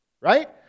Right